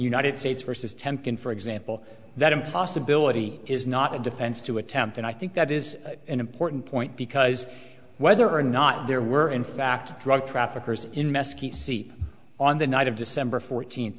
united states versus ten can for example that impossibility is not a defense to attempt and i think that is an important point because whether or not there were in fact drug traffickers in mesquite see on the night of december fourteenth